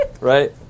Right